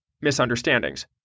misunderstandings